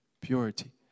purity